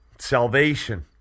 salvation